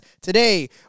today